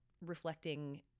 reflecting